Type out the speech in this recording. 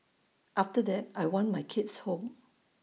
after that I want my kids home